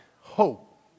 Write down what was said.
hope